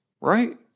Right